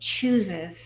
chooses